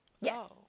yes